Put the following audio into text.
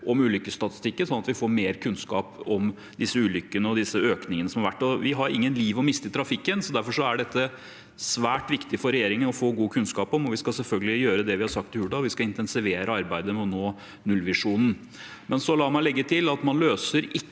at vi får mer kunnskap om disse ulykkene og økningene som har vært. Vi har ingen liv å miste i trafikken, derfor er det svært viktig for regjeringen å få god kunnskap om dette. Vi skal selvfølgelig gjøre det vi har sagt i Hurdalsplattformen: Vi skal intensivere arbeidet med å nå nullvisjonen. La meg legge til at man ikke løser